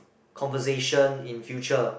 conversation in future